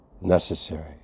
necessary